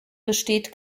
besteht